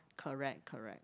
correct correct